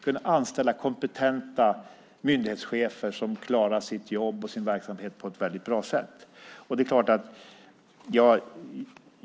Man kunde anställa kompetenta myndighetschefer som klarade sitt jobb och sin verksamhet på ett väldigt bra sätt.